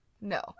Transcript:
No